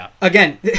again